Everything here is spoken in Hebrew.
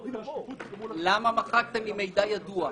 למה מחקתם "אם המידע ידוע"?